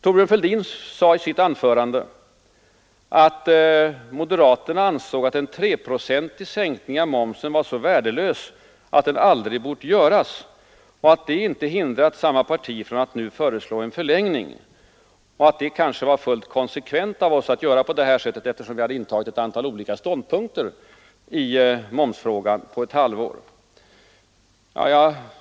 Thorbjörn Fälldin sade i sitt anförande att moderaterna ansåg att en 3-procentig sänkning av momsen var så värdelös att den aldrig bort göras men att det inte hindrar samma parti att nu föreslå en förlängning av momssänkningen och att det kanske var fullt konsekvent av oss eftersom vi inom loppet av ett halvår hade intagit ett antal olika ståndpunkter i momsfrågan.